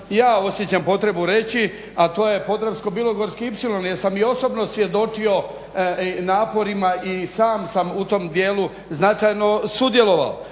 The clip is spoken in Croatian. ja osjećam potrebu reći a to je Podravsko-bilogorski ipsilon jer sam i osobno svjedočio naporima i sam sam u tom dijelu značajno sudjelovao.